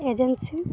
agency